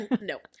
No